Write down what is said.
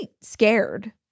scared